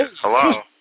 Hello